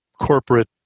corporate